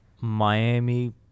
Miami